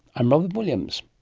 i'm robyn williams